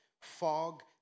fog